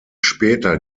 später